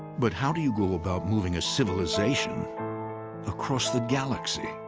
but how do you go about moving a civilization across the galaxy?